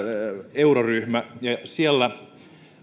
euroryhmä ja siellä